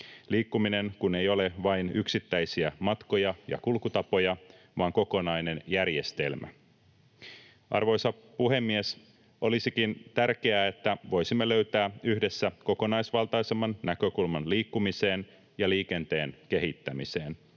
Liikkuminen kun ei ole vain yksittäisiä matkoja ja kulkutapoja vaan kokonainen järjestelmä. Arvoisa puhemies! Olisikin tärkeää, että voisimme löytää yhdessä kokonaisvaltaisemman näkökulman liikkumiseen ja liikenteen kehittämiseen